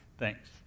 Thanks